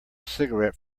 cigarette